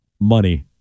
Money